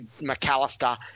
McAllister